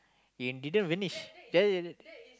you didn't vanish that that